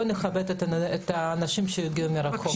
בואו נכבד את האנשים שהגיעו מרחוק.